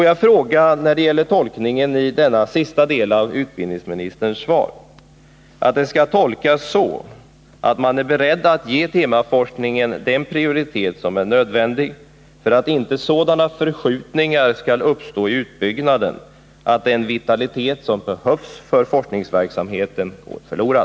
Jag vill ställa en fråga om tolkningen av den sista delen av utbildningsministerns svar: Skall den tolkas så att man är beredd att ge temaforskningen den prioritet som är nödvändig för att inte sådana förskjutningar skall uppstå i utbyggnaden att den vitalitet som behövs för forskningsverksamheten går förlorad?